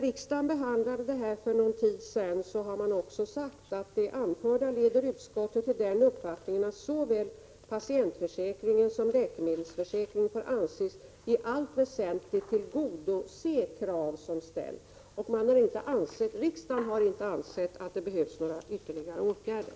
Riksdagen har också sagt, när den här frågan behandlades för någon tid sedan, att såväl patientförsäkringen som läkemedelsförsäkringen får anses i allt väsentligt tillgodose krav som ställs. Riksdagen har inte ansett att det behövs några ytterligare åtgärder.